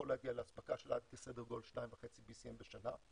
להגיע לאספקה בסדר גודל של עד 2.5 BCM בשנה.